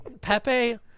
Pepe